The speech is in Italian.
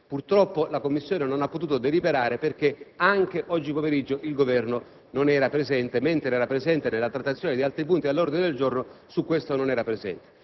purtroppo la Commissione non ha potuto deliberare perché anche oggi pomeriggio il Governo non era presente: mentre era presente durante la trattazione di altri punti all'ordine del giorno, durante la trattazione